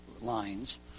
lines